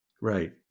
Right